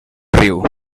riu